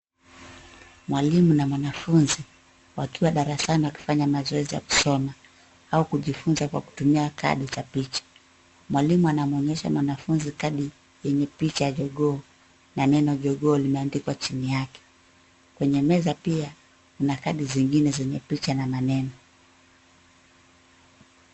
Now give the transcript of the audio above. Mwalimu na mwanafunzi wakiwa darasani wakifanya mazoezi ya kusoma au kujifunza kwa kutumia kadi za picha. Mwalimu anamwonyesha mwanafunzi kadi yenye picha ya jogoo na neno jogoo limeandikwa chini yake. Kwenye meza pia kuna kadi zingine zenye picha na maneno.